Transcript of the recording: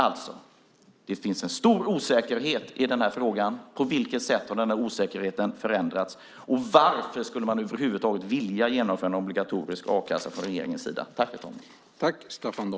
Alltså: Det finns en stor osäkerhet i frågan. På vilket sätt har osäkerheten förändrats? Och varför skulle man över huvud taget vilja genomföra en obligatorisk a-kassa från regeringens sida?